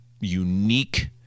unique